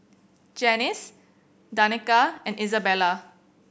Janice Danica and Isabela